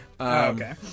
Okay